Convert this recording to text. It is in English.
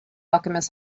alchemist